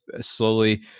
slowly